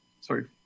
sorry